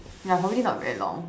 ya probably not very long